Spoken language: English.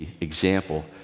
example